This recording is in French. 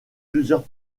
plusieurs